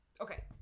Okay